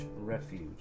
Refuge